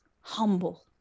humble